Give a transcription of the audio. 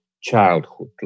childhood